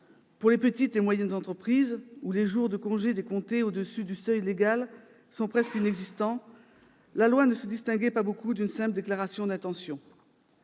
les petites et moyennes entreprises, où les jours de congés au-delà du seuil légal sont presque inexistants, la loi ne se distinguait guère d'une simple déclaration d'intention.